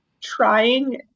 trying